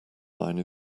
mine